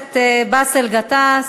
תכף.